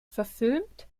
verfilmt